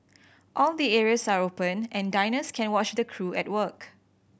all the areas are open and diners can watch the crew at work